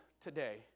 today